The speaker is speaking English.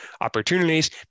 opportunities